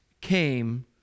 came